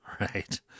right